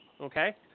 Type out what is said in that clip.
Okay